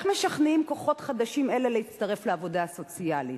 איך משכנעים כוחות חדשים אלה להצטרף לעבודה הסוציאלית?